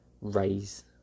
raise